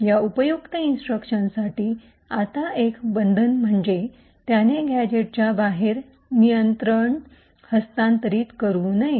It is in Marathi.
या उपयुक्त इन्स्ट्रक्शनसाठी आता एक बंधन म्हणजे त्याने गॅझेटच्या बाहेर नियंत्रण हस्तांतरित करू नये